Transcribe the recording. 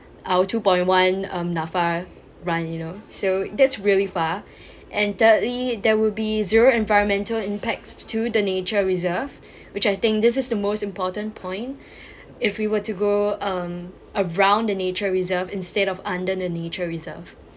our two point one um NAPFA run you know so that's really far and thirdly there will be zero environmental impacts to the nature reserve which I think this is the most important point if we were to go um around the nature reserve instead of under the nature reserve